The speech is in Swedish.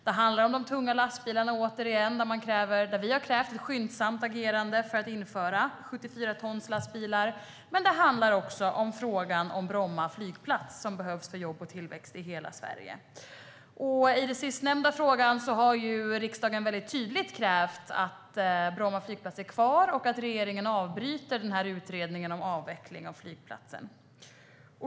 Det handlar återigen om de tunga lastbilarna där vi har krävt ett skyndsamt agerande för att införa 74-tonslastbilar. Men det handlar också om Bromma flygplats som behövs för jobb och tillväxt i hela Sverige. I den sistnämnda frågan har riksdagen väldigt tydligt krävt att Bromma flygplats ska vara kvar och att regeringen avbryter utredningen om avveckling av flygplatsen.